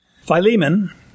Philemon